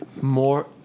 more